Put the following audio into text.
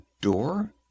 door